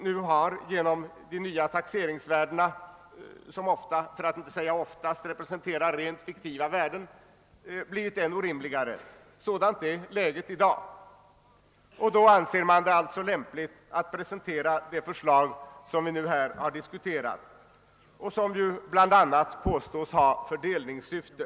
Nu har genom de nya taxeringsvärdena, som ofta, för att inte säga oftast, representerar rent fiktiva värden, förhållandena blivit än orimligare. Sådant är läget i dag. Ändå anser man det alltså lämpligt att presentera de förslag, som vi nu diskuterat och som ju bl.a. påstås ha fördelningssyfte.